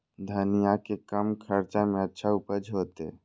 धनिया के कम खर्चा में अच्छा उपज होते?